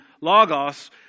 logos